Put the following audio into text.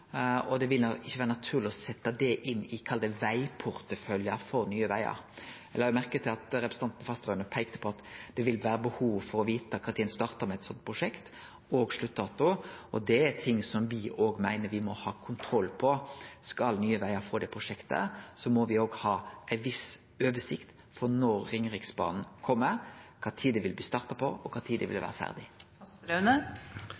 og det ville ikkje vere naturleg å setje det inn i, kall det, vegporteføljen til Nye Vegar. Eg la merke til representanten Fasteraune peikte på at det vil vere behov for å vite kva tid ein startar med eit sånt prosjekt, og òg sluttdato, og det er ting me òg meiner me må ha kontroll på. Skal Nye Vegar få det prosjektet, må me òg ha ei viss oversikt over når Ringeriksbanen kjem, kva tid det vil bli starta opp, og kva tid det vil